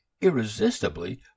irresistibly